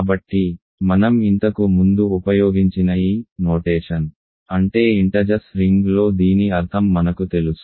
కాబట్టి మనం ఇంతకు ముందు ఉపయోగించిన ఈ సంజ్ఞామానం అంటే పూర్ణాంకాల రింగ్లో దీని అర్థం మనకు తెలుసు